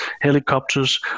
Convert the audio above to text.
helicopters